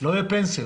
לא תהיינה פנסיות.